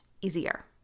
easier